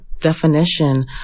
definition